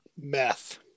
Meth